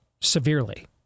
severely